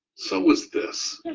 so was this.